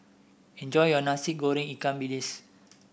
enjoy your Nasi Goreng Ikan Bilis